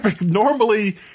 Normally